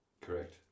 Correct